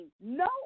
No